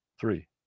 Three